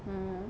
mm